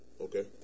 Okay